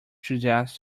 suggest